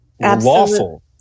lawful